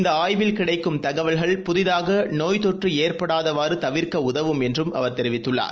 இந்தஆய்வில் கிளடக்கும் தகவல்கள் புதிதாகநோய் தொற்றுஏற்படாதவாறுதவிர்க்க இது உதவும் என்றும் அவர் தெரிவித்துள்ளார்